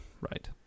Right